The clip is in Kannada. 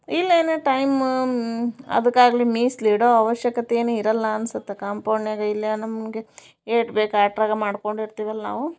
ಇಲ್ಲೇನು ಟೈಮ ಅದಕ್ಕಾಗಲಿ ಮೀಸ್ಲು ಇಡೋ ಅವಶ್ಯಕತೆ ಏನೂ ಇರೋಲ್ಲ ಅನಿಸತ್ತೆ ಕಾಂಪೌಂಡ್ನ್ಯಾಗ ಇಲ್ಲೇ ನಮಗೆ ಏಟ್ ಬೇಕು ಅಷ್ಟ್ರಾಗ ಮಾಡ್ಕೊಂಡು ಇರ್ತೀವಲ್ಲ ನಾವು